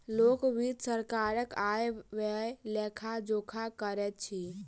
लोक वित्त सरकारक आय व्ययक लेखा जोखा रखैत अछि